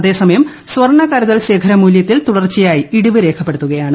അതേസമയം സ്വർണ കരുതൽ ശേഖര മൂല്യത്തിൽ ്തുടർച്ചയായി ഇടിവ് രേഖപ്പെടുത്തുകയാണ്